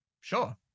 Sure